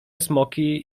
smoki